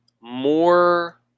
more